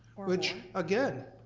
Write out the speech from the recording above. which again,